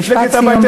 מפלגת הבית היהודי,